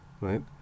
right